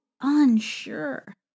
unsure